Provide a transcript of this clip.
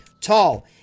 tall